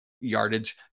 yardage